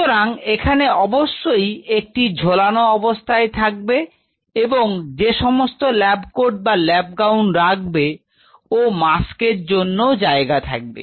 সুতরাং এখানে অবশ্যই একটি ঝোলানোর ব্যবস্থা থাকবে এবং যে সমস্ত ল্যাব কোট বা ল্যাব গাউন রাখবে ও মাস্ক এর জন্য জায়গা থাকবে